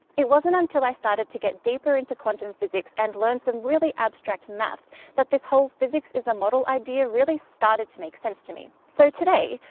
it wasn't until i started to get deeper into quantum physics and learned some really abstract math that this whole physics is a model idea really started to make sense to me. so today,